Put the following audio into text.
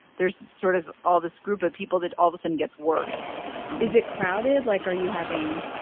there's sort of all this group of people that all of a sudden gets worse is it crowded? like, are you having,